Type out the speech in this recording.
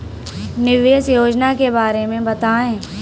निवेश योजना के बारे में बताएँ?